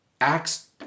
Acts